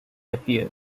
appear